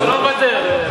היושב-ראש,